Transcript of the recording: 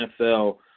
NFL